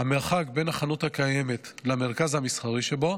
המרחק בין החנות הקיימת למרכז המסחרי שבו